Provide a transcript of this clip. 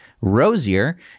rosier